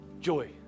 joy